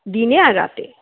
দিনে আর রাতে